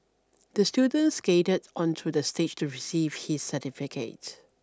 the student skated onto the stage to receive his certificate